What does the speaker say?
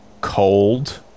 cold